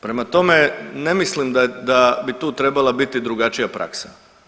Prema tome, ne mislim da bi tu trebala biti drugačija praksa.